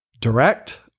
Direct